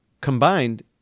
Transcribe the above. Combined